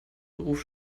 beruf